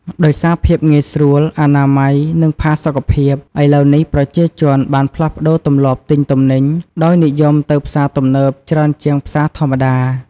ដោយសារភាពងាយស្រួល អនាម័យ និងផាសុកភាព ឥឡូវនេះប្រជាជនបានផ្លាស់ប្តូរទម្លាប់ទិញទំនិញ ដោយនិយមទៅផ្សារទំនើបច្រើនជាងផ្សារធម្មតា។